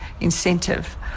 incentive